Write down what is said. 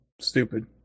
stupid